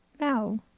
No